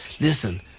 Listen